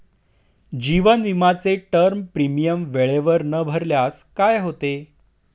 जीवन विमाचे term premium वेळेवर न भरल्यास काय होते?